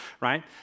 right